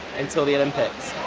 until the olympics.